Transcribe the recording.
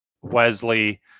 Wesley